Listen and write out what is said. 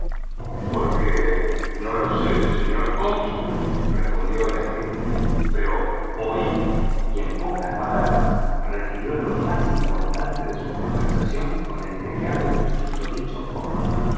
qué no lo sé señor cónsul dijo el agente pero oídme y en pocas palabras refirió los más importante de su conversación con el criado del susodicho fogg